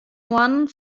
moannen